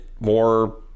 more